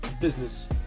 business